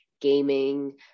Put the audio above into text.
gaming